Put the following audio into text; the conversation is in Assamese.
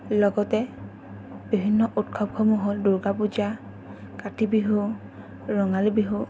লগতে বিভিন্ন উৎসৱসমূহ হ'ল দুৰ্গা পূজা কাতি বিহু ৰঙালী বিহু